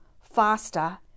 faster